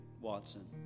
Watson